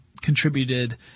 contributed